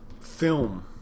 film